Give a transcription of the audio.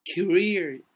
career